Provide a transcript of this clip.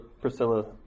Priscilla